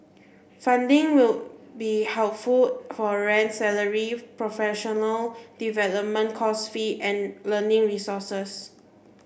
funding will be helpful for rent salary professional development course fees and learning resources